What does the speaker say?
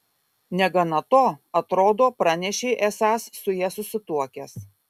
negana to atrodo pranešei esąs su ja susituokęs